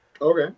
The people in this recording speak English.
Okay